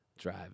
drive